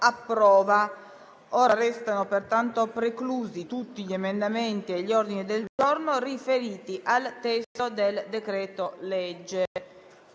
Allegato B).* Risultano pertanto preclusi tutti gli emendamenti e gli ordini del giorno riferiti al testo del decreto-legge